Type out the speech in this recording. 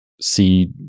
see